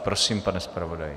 Prosím, pane zpravodaji.